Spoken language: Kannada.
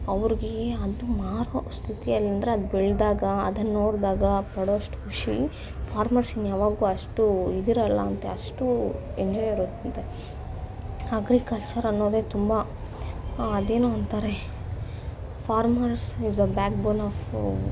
ಅವರಿಗೆ ಅದು ಮಾರುವ ಸ್ಥಿತಿಯಲ್ಲಂದ್ರೆ ಅದು ಬೆಳೆದಾಗ ಅದನ್ನ ನೋಡಿದಾಗ ಪಡುವಷ್ಟು ಖುಷಿ ಫಾರ್ಮರ್ಸ್ ಇನ್ಯಾವಾಗ್ಲೂ ಅಷ್ಟು ಇದ್ರಲ್ಲಾಂದೆ ಅಷ್ಟು ಅಗ್ರಿಕಲ್ಚರ್ ಅನ್ನೋದೇ ತುಂಬ ಅದೇನೋ ಅಂತಾರೆ farmers is a backbone of